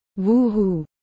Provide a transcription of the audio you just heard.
Woohoo